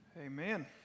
Amen